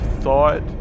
thought